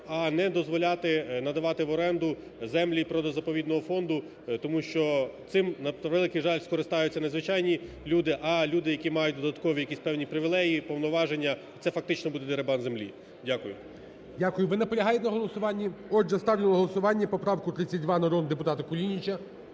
а не дозволяти надавати в оренду землю природно-заповідного фонду, тому що цим, на превеликий жаль, скористаються не звичайні люди, а люди, які мають додаткові якісь певні привілеї і повноваження. Це фактично буде деребан землі. Дякую. ГОЛОВУЮЧИЙ. Дякую. Ви наполягаєте на голосуванні? Отже, ставлю на голосування поправку 32 народного депутата Кулініча.